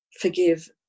forgive